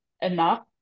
enough